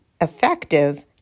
effective